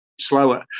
slower